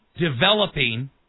developing